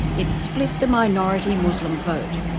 it split the minority muslim vote.